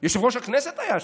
יושב-ראש הכנסת היה שם,